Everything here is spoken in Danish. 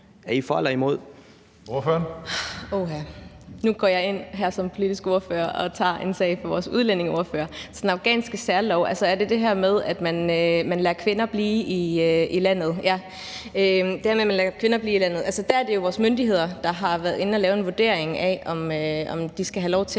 Er I for eller imod?